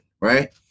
Right